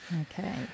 Okay